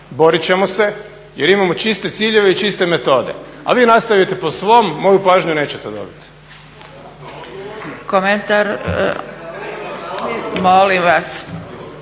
borit ćemo se jer imamo čiste ciljeve i čiste metode, a vi nastavite po svom. Moju pažnju nećete dobit. **Zgrebec, Dragica